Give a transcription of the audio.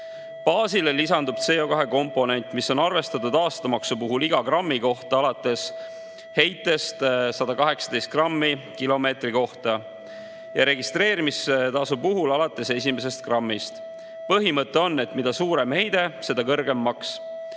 Baasile lisandub CO2-komponent, mis on arvestatud aastamaksu puhul iga grammi kohta alates heitest 118 grammi kilomeetri kohta ja registreerimistasu puhul alates 1 grammist. Põhimõte on, et mida suurem heide, seda kõrgem maks.